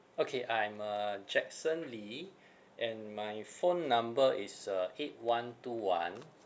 okay I'm uh jackson lee and my phone number is uh eight one two one